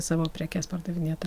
savo prekes pardavinėti